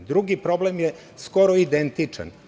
Drugi problem je skoro identičan.